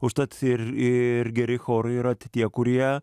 užtat ir geri chorai yra tie kurie